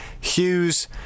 Hughes